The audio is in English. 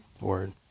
word